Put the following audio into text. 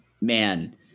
Man